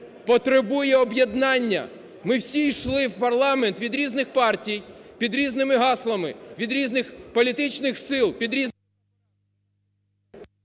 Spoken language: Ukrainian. потребує об'єднання. Ми всі йшли в парламент від різних партій під різними гаслами, від різних політичних сил, під різними...